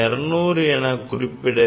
00 என குறிப்பிட வேண்டும்